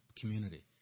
community